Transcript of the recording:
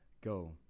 go